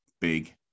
Big